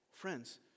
Friends